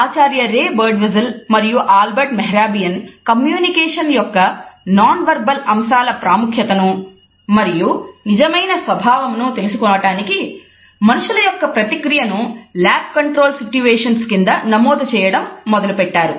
ఆచార్య Ray Birdwhistell మరియు Albert Mehrabian communication యొక్క non verbal అంశాల ప్రాముఖ్యతను మరియు నిజమైన స్వభావమును తెలుసుకొనుటకు మనుష్యుల యొక్క ప్రతిక్రియను ల్యాబ్ కంట్రోల్ సిట్యువేషన్ కింద నమోదు చేయడం మొదలుపెట్టారు